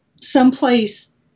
someplace